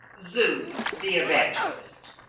zounds, the evangelist!